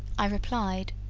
i replied,